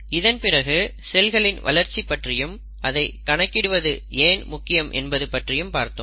இதன் பிறகு செல்களின் வளர்ச்சி பற்றியும் அதை கணக்கிடுவது ஏன் முக்கியம் என்பதையும் பார்த்தோம்